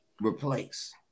replace